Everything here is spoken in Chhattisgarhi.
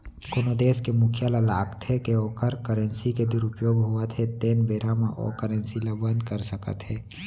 कोनो देस के मुखिया ल लागथे के ओखर करेंसी के दुरूपयोग होवत हे तेन बेरा म ओ करेंसी ल बंद कर सकत हे